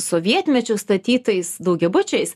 sovietmečiu statytais daugiabučiais